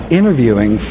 interviewing